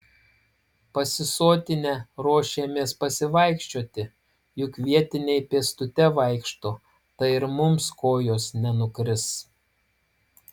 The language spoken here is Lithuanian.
pasisotinę ruošėmės pasivaikščioti juk vietiniai pėstute vaikšto tai ir mums kojos nenukris